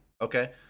okay